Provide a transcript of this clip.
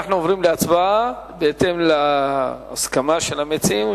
אנחנו עוברים להצבעה בהתאם להסכמה של המציעים.